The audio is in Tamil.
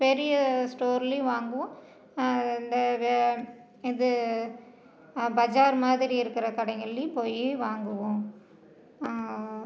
பெரிய ஸ்டோர்லையும் வாங்குவோம் இந்த வே இது பஜார் மாதிரி இருக்கிற கடைங்கள்லையும் போய் வாங்குவோம்